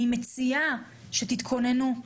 אני מציעה שתתכוננו לנושאים: